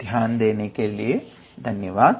ध्यान देने के लिए धन्यवाद